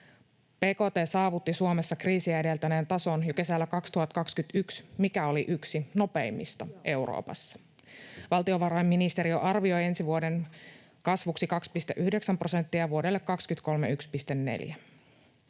Bkt saavutti Suomessa kriisiä edeltäneen tason jo kesällä 2021, mikä oli yksi nopeimmista Euroopassa. Valtiovarainministeriö arvioi ensi vuoden kasvuksi 2, 9 prosenttia ja 1,4